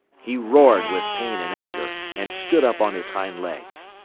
he roared with pain and anger and stood up on his hind legs.